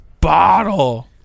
bottle